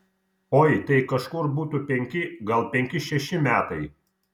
oi tai kažkur būtų penki gal penki šeši metai